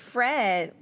Fred